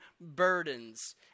burdens